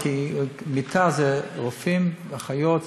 כי מיטה זה רופאים ואחיות,